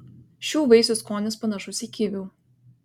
šių vaisių skonis panašus į kivių